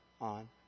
on